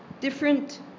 different